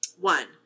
One